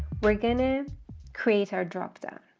we're going to create our drop-down.